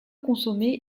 consommé